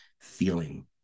feeling